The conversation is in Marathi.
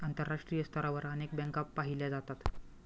आंतरराष्ट्रीय स्तरावर अनेक बँका पाहिल्या जातात